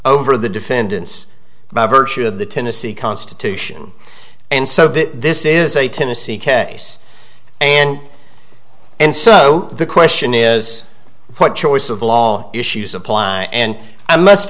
over the defendants by virtue of the tennessee constitution and so that this is a tennessee case and and so the question is what choice of law issues apply and i must